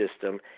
system